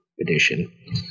edition